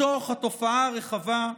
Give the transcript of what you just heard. מתוך התופעה הרחבה,